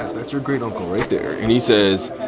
ah that's your great-uncle right there. and he says,